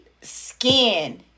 skin